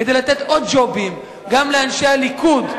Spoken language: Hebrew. כדי לתת עוד ג'ובים גם לאנשי הליכוד,